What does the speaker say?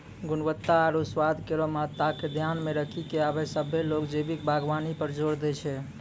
गुणवत्ता आरु स्वाद केरो महत्ता के ध्यान मे रखी क आबे सभ्भे लोग जैविक बागबानी पर जोर दै छै